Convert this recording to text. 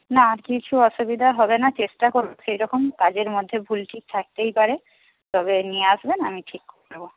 না কিছু অসুবিধা হবে না চেষ্টা করব সেরকম কাজের মধ্যে ভুল ঠিক থাকতেই পারে তবে নিয়ে আসবেন আমি ঠিক করে দেব